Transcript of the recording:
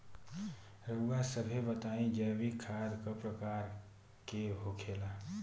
रउआ सभे बताई जैविक खाद क प्रकार के होखेला?